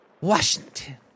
Washington